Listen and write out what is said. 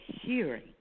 hearing